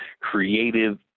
creative